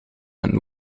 een